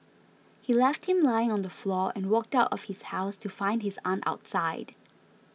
he left him lying on the floor and walked out of his house to find his aunt outside